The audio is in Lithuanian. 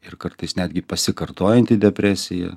ir kartais netgi pasikartojanti depresija